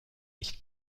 nicht